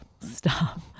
Stop